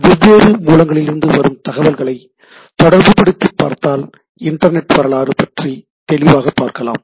வெவ்வேறு மூலங்களிலிருந்து வரும் தகவல்களை தொடர்புபடுத்திப் பார்த்தால் இன்டர்நெட் வரலாறு பற்றி தெளிவாக பார்க்கலாம்